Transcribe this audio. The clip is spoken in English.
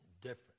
different